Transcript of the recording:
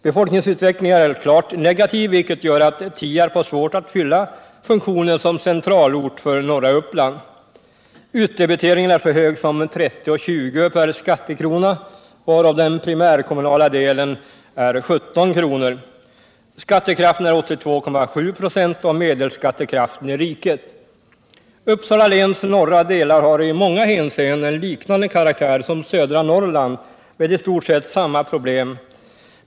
Befolkningsutvecklingen är klart negativ, vilket gör att Tierp har svårt att fylla funktionen som centralort för norra Uppland. Utdebiteringen är så hög som 30:20 per skattekrona, varav den primärkommunala delen är 17 kr. Skattekraften är 82,7 96 av medelskattekraften i riket. Uppsala läns norra delar har i många hänseenden en karaktär som liknar södra Norrlands och har i stort sett samma problem.